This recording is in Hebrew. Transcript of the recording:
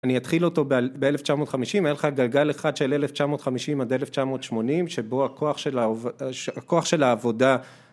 אני אתחיל אותו ב-1950 אין לך גלגל אחד של 1950 עד 1980 שבו הכוח של העבודה